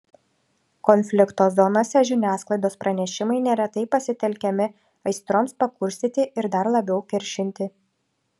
konflikto zonose žiniasklaidos pranešimai neretai pasitelkiami aistroms pakurstyti ir dar labiau kiršinti